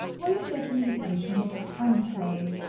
were you getting impatient? i'm sorry,